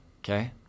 Okay